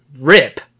Rip